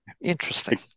Interesting